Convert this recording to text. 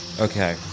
Okay